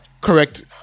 correct